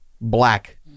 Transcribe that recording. black